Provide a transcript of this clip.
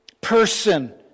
person